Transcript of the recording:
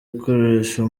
igikoresho